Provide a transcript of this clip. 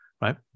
right